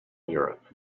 europe